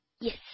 Yes